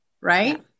right